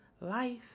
Life